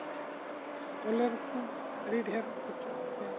ᱟᱨ ᱵᱚᱞᱮᱨᱳ ᱛᱮᱫᱚ ᱟᱹᱰᱤ ᱰᱷᱮᱹᱨ ᱠᱷᱚᱨᱪᱚᱜ ᱛᱟᱯᱮᱭᱟ